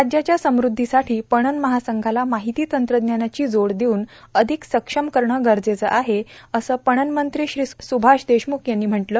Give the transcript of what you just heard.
राज्याच्या समुद्धीसाठो पणन महासंघाला मार्ाहती तंत्रज्ञानाची जोड देऊन र्आधक सक्षम करणे गरजेचं आहे असं पणन मंत्री श्री सुभाष देशमुख यांनी म्हटलं